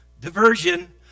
diversion